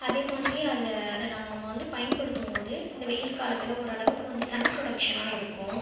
அதேமாதிரி அதை அதை நம்ம நம்ம வந்து பயன்படுத்தும் போது இந்த வெயில் காலத்தில் ஒரு அளவுக்கு வந்து சன் ப்ரொடெக்ஷனாக இருக்கும்